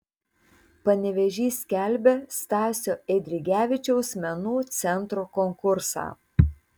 panevėžys skelbia stasio eidrigevičiaus menų centro konkursą